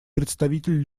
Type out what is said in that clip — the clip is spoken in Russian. представитель